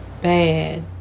bad